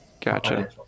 Gotcha